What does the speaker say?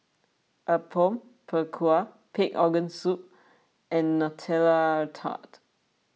Apom Berkuah Pig Organ Soup and Nutella Tart